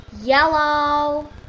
Yellow